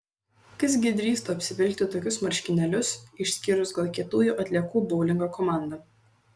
kas gi drįstų apsivilkti tokius marškinėlius išskyrus gal kietųjų atliekų boulingo komandą